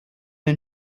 den